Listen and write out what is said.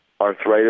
arthritis